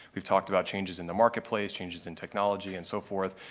we've talked about changes in the marketplace, changes in technology and so forth.